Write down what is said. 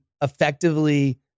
effectively